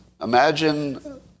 Imagine